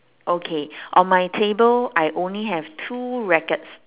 okay on my table I only have two rackets